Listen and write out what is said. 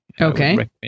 Okay